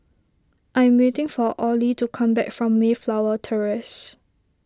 I am waiting for Orley to come back from Mayflower Terrace